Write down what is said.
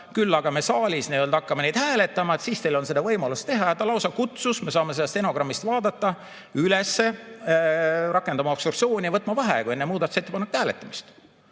küll aga me saalis hakkame neid hääletama, siis teil on võimalus teha. Ja ta lausa kutsus – me saame seda stenogrammist vaadata – üles rakendama obstruktsiooni ja võtma vaheaegu enne muudatusettepanekute hääletamist.